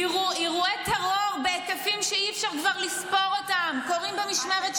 אירועי טרור בהיקפים שאי-אפשר כבר לספור אותם קורים במשמרת שלכם.